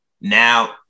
now